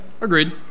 agreed